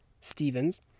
Stevens